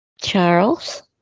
charles